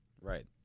right